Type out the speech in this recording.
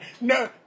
no